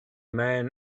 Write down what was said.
man